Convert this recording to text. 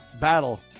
battle